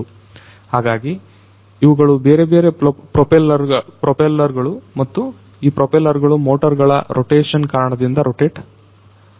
ಹಾಗಾಗಿ ಇವುಗಳು ಬೇರೆ ಬೇರೆ ಪ್ರೊಪೆಲ್ಲರ್ ಗಳು ಮತ್ತು ಈ ಪ್ರೊಪೆಲ್ಲರ್ ಗಳು ಮೋಟರ್ ಗಳ ರೋಟೇಶನ್ ಕಾರಣದಿಂದ ರೋಟೆಟ್ ಆಗುತ್ತದೆ